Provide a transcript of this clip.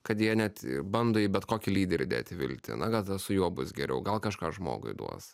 kad jie net bando į bet kokį lyderį dėti viltį na gal tada su juo bus geriau gal kažką žmogui duos